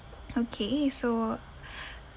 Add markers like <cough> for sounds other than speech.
okay so <breath>